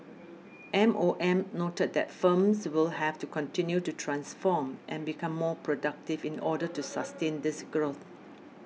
M O M noted that firms will have to continue to transform and become more productive in order to sustain this growth